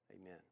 Amen